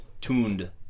tuned